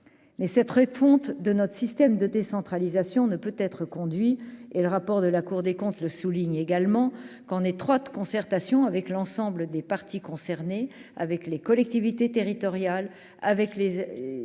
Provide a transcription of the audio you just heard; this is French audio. mais cette refonte de notre système de décentralisation ne peut être conduit et le rapport de la Cour des comptes, le souligne également qu'en étroite concertation avec l'ensemble des parties concernées avec les collectivités territoriales, avec les